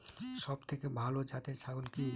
সবথেকে ভালো জাতের ছাগল কি?